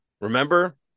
Remember